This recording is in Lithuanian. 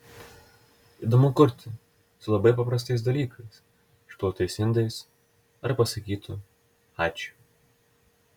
įdomu kurti su labai paprastais dalykais išplautais indais ar pasakytu ačiū